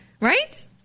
right